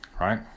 right